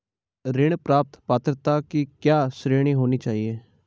ऋण प्राप्त पात्रता की क्या श्रेणी होनी चाहिए?